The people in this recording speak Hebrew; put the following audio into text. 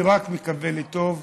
אני רק מקווה לטוב.